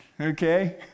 Okay